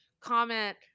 comment